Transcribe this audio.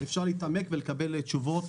אפשר להתעמק ולקבל תשובות